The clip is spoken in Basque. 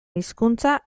hizkuntza